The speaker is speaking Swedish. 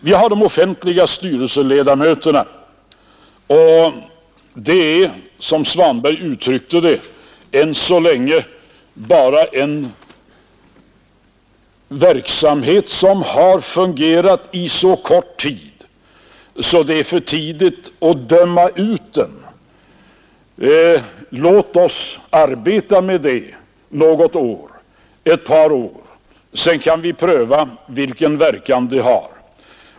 Vi har de offentliga styrelseledamöterna, och den verksamheten har, som herr Svanberg framhöll, än så länge fungerat under så kort tid att det är för tidigt att döma ut den. Låt oss arbeta med den något år, ett par år. Sedan kan vi pröva vilken verkan den har.